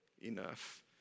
enough